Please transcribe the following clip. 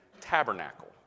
tabernacle